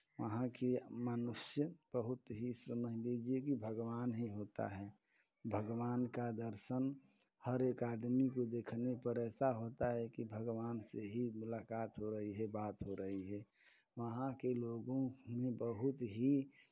वहाँ के मनुष्य बहुत ही समझ लीजिए कि भगवान ही होता है भगवान का दर्शन हर एक आदमी को देखने पर ऐसा होता है कि भगवान से ही मुलाकात हो रही है बात हो रही है वहाँ के लोगों में बहुत ही